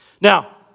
Now